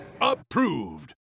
Approved